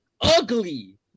ugly